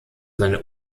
seine